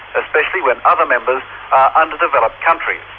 especially when other members are underdeveloped countries.